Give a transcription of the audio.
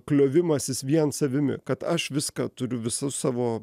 kliovimasis vien savimi kad aš viską turiu visus savo